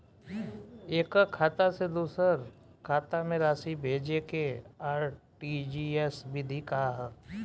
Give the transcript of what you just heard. एकह खाता से दूसर खाता में राशि भेजेके आर.टी.जी.एस विधि का ह?